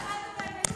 את לא שמעת אותם.